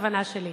הכוונה שלי.